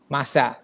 Masa